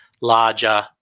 larger